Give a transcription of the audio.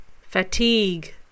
fatigue